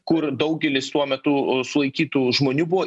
kur daugelis tuo metu sulaikytų žmonių buvo